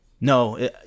No